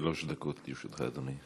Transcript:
שלוש דקות לרשותך, אדוני.